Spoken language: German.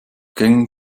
gängigen